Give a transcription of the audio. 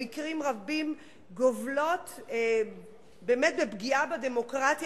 במקרים רבים גובלות באמת בפגיעה בדמוקרטיה